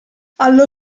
allo